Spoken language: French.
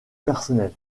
personnel